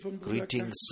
greetings